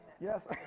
Yes